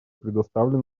представлен